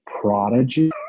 Prodigy